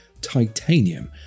Titanium